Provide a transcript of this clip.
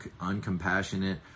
uncompassionate